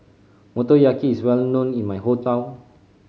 motoyaki is well known in my hometown